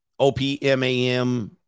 OPMAM